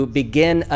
begin